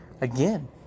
again